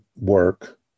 work